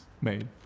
made